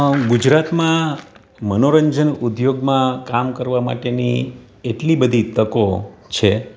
ગુજરાતમાં મનોરંજન ઉદ્યોગમાં કામ કરવા માટેની એટલી બધી તકો છે